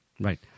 Right